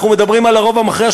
אנחנו מדברים על הרוב המכריע.